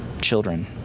children